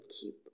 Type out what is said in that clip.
keep